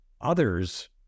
others